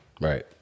Right